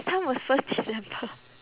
time was first december